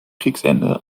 kriegsende